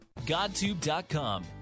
GodTube.com